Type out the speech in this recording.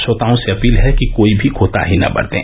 श्रोताओं से अपील है कि कोई भी कोताही न बरतें